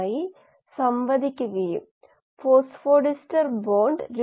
ചിലപ്പോൾ എറ്റിപി ഹരണം എടിപി പോലും കോശ ഊർജ്ജ സ്റ്റാറ്റസായി കണക്കാക്കുന്നു